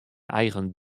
eigen